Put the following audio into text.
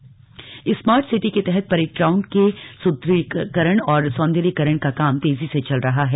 parade ground smart city के तहत parade ground के सुद्रढ़ीकरण और सौंदर्यीकरण का काम तेजी से चल रहा है